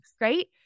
right